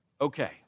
Okay